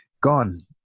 gone